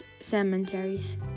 cemeteries